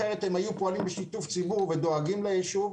אחרת הם היו פועלים בשיתוף ציבור ודואגים ליישוב.